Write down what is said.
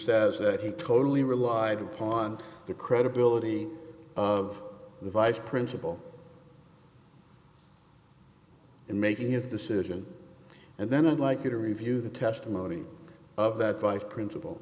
says that he totally relied upon the credibility of the vice principal in making his decision and then i'd like you to review the testimony of that five princip